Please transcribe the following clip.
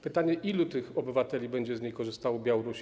Pytanie: Ilu tych obywateli będzie z niej korzystało na Białorusi?